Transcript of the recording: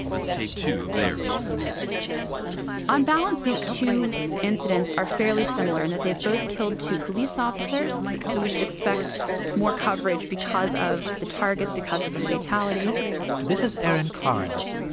let's take two of theirs on balance, these two incidents are fairly similar in that they've both killed two police officers, so we should expect more coverage because of the targets, because of the fatalities this is erin kearns.